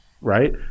right